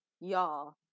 Y'all